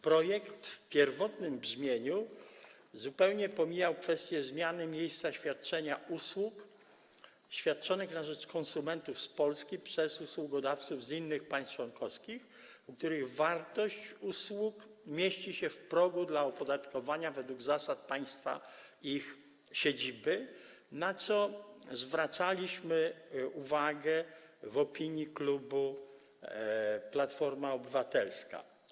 Projekt w pierwotnym brzmieniu zupełnie pomijał kwestię zmiany miejsca świadczenia usług świadczonych na rzecz konsumentów z Polski przez usługodawców z innych państw członkowskich, u których wartość usług mieści się w progu dla opodatkowania według zasad państwa ich siedziby, na co zwracaliśmy uwagę w opinii klubu Platforma Obywatelska.